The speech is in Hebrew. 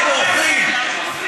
הם בורחים.